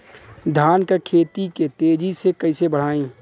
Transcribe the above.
धान क खेती के तेजी से कइसे बढ़ाई?